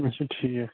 اَچھا ٹھیٖک